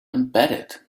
embedded